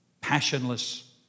passionless